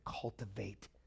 cultivate